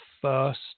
first